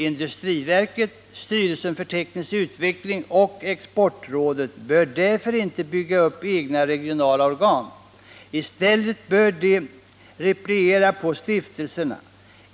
Industriverket, styrelsen för teknisk utveckling och exportrådet bör därför inte bygga upp egna regionala organ. I stället bör de repliera på stiftelserna.